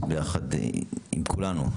ביחד עם כולנו,